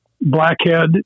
blackhead